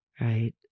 right